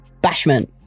Bashment